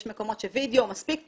יש מקומות שווידיאו מספיק טוב,